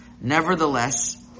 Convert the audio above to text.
Nevertheless